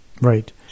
Right